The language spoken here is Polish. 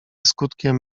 skutkiem